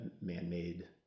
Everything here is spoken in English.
man-made